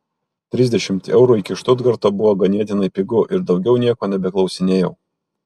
trisdešimt eurų iki štutgarto buvo ganėtinai pigu ir daugiau nieko nebeklausinėjau